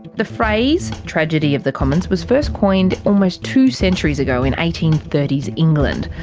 the phrase tragedy of the commons was first coined almost two centuries ago, in eighteen thirty s england.